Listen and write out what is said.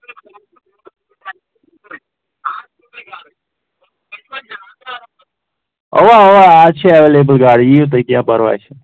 اوا اوا آز چھِ اٮ۪ویلیبٕل گاڈٕ ییِو تُہۍ کینہہ پرواے چھُنہٕ